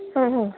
ಹಾಂ ಹ್ಞೂ